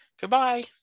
goodbye